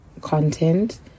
content